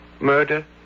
Murder